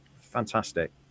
Fantastic